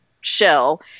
shell